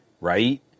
Right